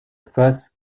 face